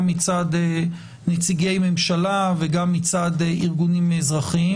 גם מצד נציגי ממשלה וגם מצד ארגונים אזרחיים